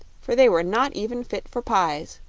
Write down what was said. for they were not even fit for pies.